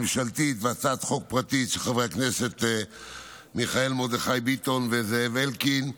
ממשלתית והצעת חוק פרטית של חברי הכנסת מיכאל מרדכי ביטון וזאב אלקין.